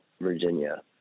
Virginia